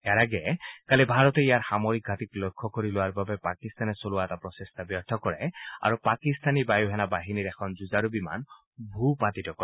ইয়াৰ আগেয়ে কালি ভাৰতে ইয়াৰ সামৰিক ঘাটিক লক্ষ্য কৰি লোৱাৰ বাবে পাকিস্তানে চলোৱা এটা প্ৰচেষ্টা ব্যৰ্থ কৰে আৰু পাকিস্তানী বায়ু সেনা বাহিনীৰ এখন যুঁজাৰু বিমান ভূপাতিত কৰে